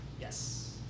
Yes